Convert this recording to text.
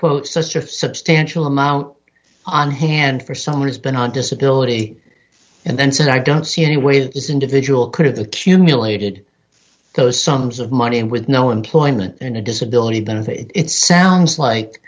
quote such a substantial amount on hand for someone who's been on disability and then said i don't see any way that this individual could have accumulated those sums of money and with no employment in a disability benefit it sounds like